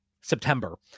September